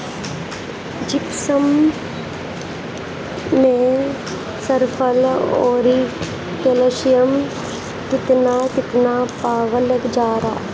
Gypsum मैं sulphur औरी calcium कितना कितना पावल जाला?